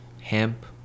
hemp